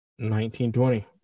1920